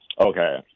okay